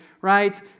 right